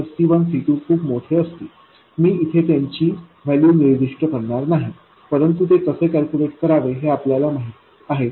तर C1 C2खूप मोठे असतील मी इथे त्यांची वैल्यू निर्दिष्ट करणार नाही परंतु ते कसे कॅल्कुलेट करावे हे आपल्याला माहित आहे